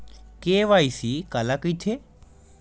KYC काला कइथे?